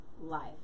life